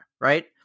right